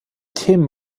themen